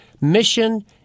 mission